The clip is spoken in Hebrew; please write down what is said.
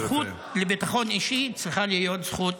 הזכות לביטחון אישי צריכה להיות זכות